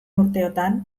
urteotan